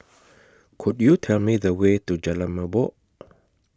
Could YOU Tell Me The Way to Jalan Merbok